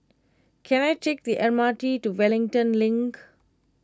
can I take the M R T to Wellington Link